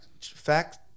fact